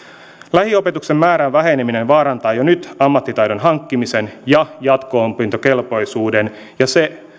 lähiopetuksen määrän väheneminen vaarantaa jo nyt ammattitaidon hankkimisen ja jatko opintokelpoisuuden ja se